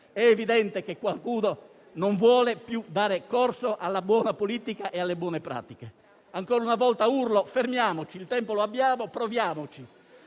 evidente che qualcuno non vuole più dare corso alla buona politica e alle buone pratiche. Ancora una volta urlo: fermiamoci, il tempo lo abbiamo, proviamoci.